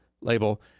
label